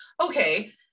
okay